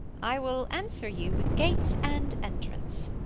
i will answer you with gait and entrance.